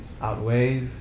Outweighs